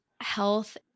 health